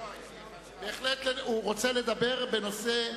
הוא רוצה לדבר בנושא,